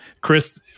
Chris